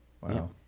Wow